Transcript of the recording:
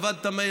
עבדת מהר.